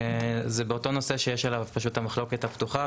זה באותו נושא שיש עליו פשוט את המחלוקת הפתוחה.